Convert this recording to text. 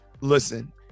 Listen